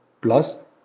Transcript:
Plus